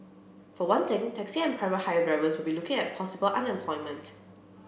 for one thing taxi and private hire drivers will be looking at possible unemployment